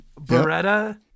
Beretta